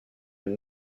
une